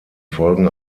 folgen